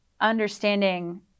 understanding